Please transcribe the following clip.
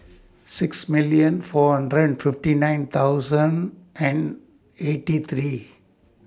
six million four hundred and fifty nine thousand and eighty three